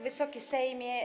Wysoki Sejmie!